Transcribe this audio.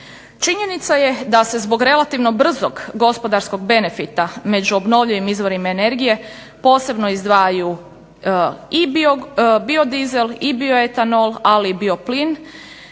Činjenica je da se zbog relativno brzog gospodarskog benefita među obnovljivim izvorima energije posebno izdvajaju i biodizel i bioetanol, ali i bioplin